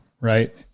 right